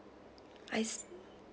I see